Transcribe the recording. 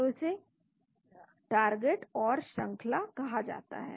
तो इसे टेम्पलेट और श्रंखला कहा जाता है